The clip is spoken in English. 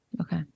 Okay